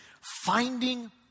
Finding